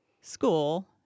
school